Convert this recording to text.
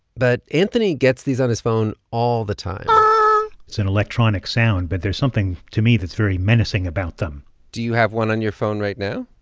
but anthony gets these on his phone all the time it's an electronic sound, but there's something to me that's very menacing about them do you have one on your phone right now?